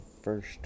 first